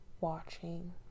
watching